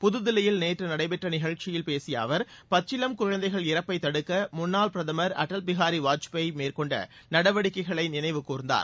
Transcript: புதுதில்லியில் நேற்று நடைபெற்ற நிகழ்ச்சியில் பேசிய அவர் பச்சிளம் குழந்தைகள் இறப்பை தடுக்க முன்னாள் பிரதமர் அடல் பிஹாரி வாஜ்பாய் மேற்கொண்ட நடவடிக்கைகளை நினைவு கூர்ந்தார்